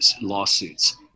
lawsuits